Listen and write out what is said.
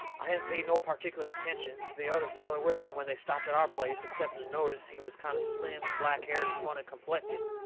i hadn't paid no pertic'ler attention to the other feller with him when they stopped at our place, excepting to notice he was kind of slim and blackhaired and funny complected.